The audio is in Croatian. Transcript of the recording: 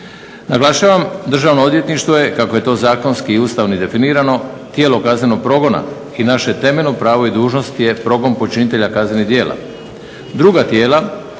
Naglašavam, državno odvjetništvo je kako je to zakonski i ustavno definirano tijelo kaznenog progona i naše temeljno pravo i dužnost je progon počinitelja kaznenih djela.